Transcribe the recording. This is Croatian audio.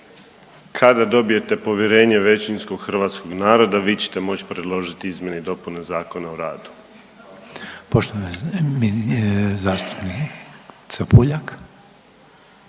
Kada dobijete povjerenje većinskog hrvatskog naroda vi ćete moći predložiti izmjene i dopune Zakona o radu. **Reiner, Željko